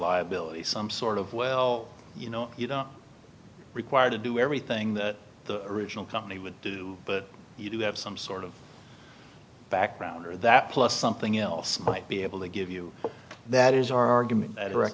liability some sort of well you know you don't require to do everything that the original company would do but you do have some sort of background or that plus something else might be able to give you that is our argument that